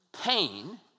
Pain